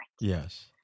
Yes